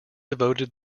devoted